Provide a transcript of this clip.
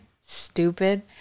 Stupid